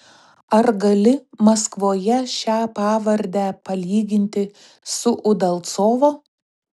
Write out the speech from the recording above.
ar gali maskvoje šią pavardę palyginti su udalcovo